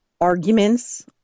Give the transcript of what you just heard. arguments